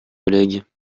collègues